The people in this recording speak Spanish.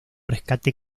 rescate